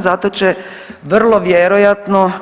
Zato će vrlo vjerojatno